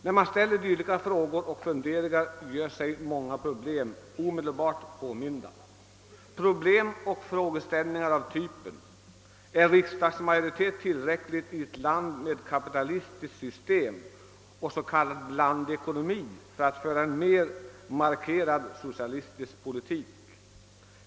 När man ställer dylika frågor gör sig många problem omedelbart påminta, problem och frågeställningar av typen: Är det i ett land med kapitalistiskt system och s.k. blandekonomi tillräckligt att man har riksdagsmajoritet för att kunna föra en mer markerad socialistisk politik?